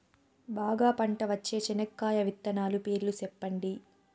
బాగా పంట వచ్చే చెనక్కాయ విత్తనాలు పేర్లు సెప్పండి?